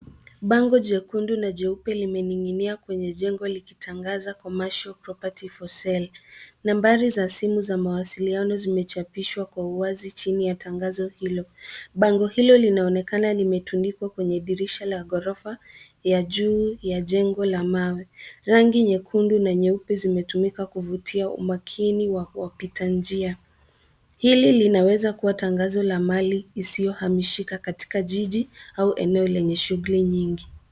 Bango jekundu na jeupe limening'inia kwenye jengo likitangaza commercial property for sale . Nambari za simu za mawasiliano zimechapishwa kwa uwazi chini ya tangazo hilo. Bango hilo linaonekana limetundikwa kwenye dirisha la ghorofa ya juu ya jengo la mawe. Rangi nyekundu na nyeupe zimetumika kuvutia umakini wa wapita njia. Hili linaweza kuwa tangazo la mali isiyohamishika katika jiji au eneo lenye shughuli nyingi.